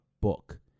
book